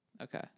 Okay